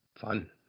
Fun